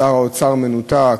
שר האוצר מנותק,